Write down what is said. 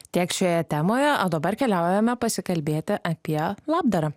tiek šioje temoje o dabar keliaujame pasikalbėti apie labdarą